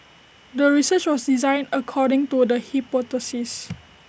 the research was designed according to the hypothesis